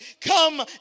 Come